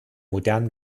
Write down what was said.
modernen